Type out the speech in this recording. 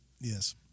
Yes